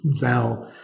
Thou